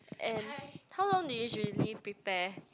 and how long do you usually prepare